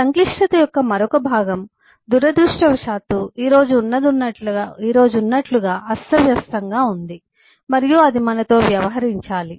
సంక్లిష్టత యొక్క మరొక భాగం దురదృష్టవశాత్తు ఈ రోజు ఉన్నట్లుగా అస్తవ్యస్తంగా ఉంది మరియు అది మనతో వ్యవహరించాలి